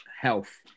health